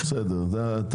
לא, בסדר, זה הבנו.